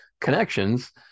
connections